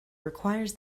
requires